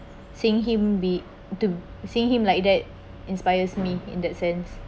seeing him be to seeing him like that inspires me in that sense